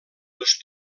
les